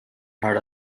heard